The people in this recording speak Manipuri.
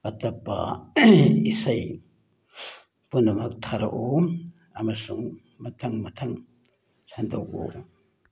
ꯑꯇꯞꯄ ꯏꯁꯩ ꯄꯨꯝꯅꯃꯛ ꯊꯥꯔꯛꯎ ꯑꯃꯁꯨꯡ ꯃꯊꯪ ꯃꯊꯪ ꯁꯟꯗꯣꯛꯎ